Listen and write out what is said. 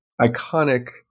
iconic